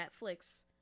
Netflix